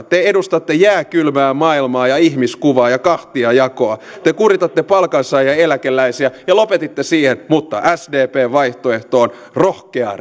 te edustatte jääkylmää maailmaa ja ihmiskuvaa ja kahtiajakoa te kuritatte palkansaajia ja eläkeläisiä ja lopetitte siihen mutta sdpn vaihtoehto on rohkea